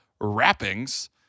wrappings